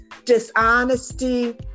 dishonesty